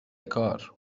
کار